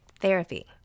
Therapy